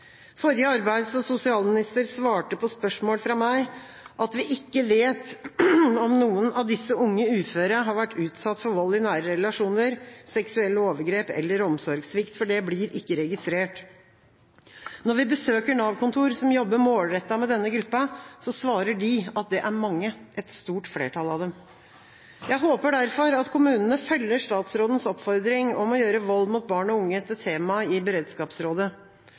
Forrige arbeids- og sosialminister svarte på spørsmål fra meg at vi ikke vet om noen av disse unge uføre har vært utsatt for vold i nære relasjoner, seksuelle overgrep eller omsorgssvikt. Det blir ikke registrert. Når vi besøker Nav-kontor som jobber målrettet med denne gruppa, svarer de at det er mange, et stort flertall. Jeg håper derfor at kommunene følger statsrådens oppfordring om å gjøre vold mot barn og unge til tema i beredskapsrådet.